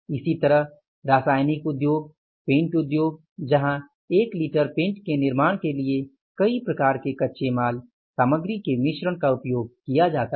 इसी तरह रासायनिक उद्योग पेंट उद्योग जहां 1 लीटर पेंट के निर्माण के लिए कई प्रकार के कच्चे माल सामग्री के मिश्रण का उपयोग किया जाता है